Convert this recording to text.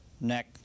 neck